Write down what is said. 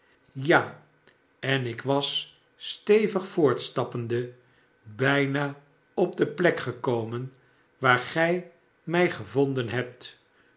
ja en ik was stevig voortstappende bijna op de plek gekomen waar gij mij gevonden hebt